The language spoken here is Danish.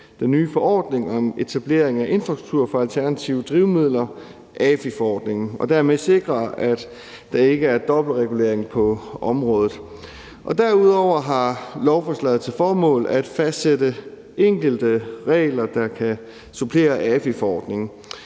den nye forordning om etablering af infrastruktur for alternative drivmidler, nemlig AFI-forordningen, og dermed sikre, at der ikke er dobbeltregulering på området. Derudover har lovforslaget til formål at fastsætte enkelte regler, der kan supplere AFI-forordningen.